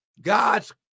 God's